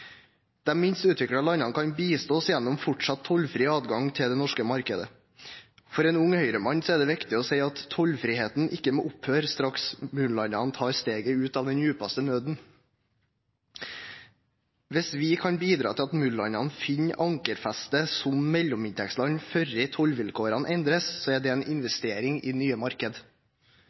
De minst utviklede landene kan bistås gjennom fortsatt tollfri adgang til det norske markedet. For en ung høyremann er det viktig å si at tollfriheten ikke må opphøre straks MUL-landene tar steget ut av den dypeste nøden. Hvis vi kan bidra til at MUL-landene finner ankerfeste som mellominntektsland før tollvilkårene endres, er det en investering i nye